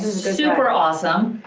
super awesome.